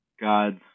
god's